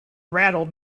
rattled